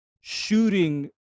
shooting